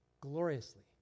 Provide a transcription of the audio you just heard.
gloriously